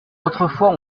autrefois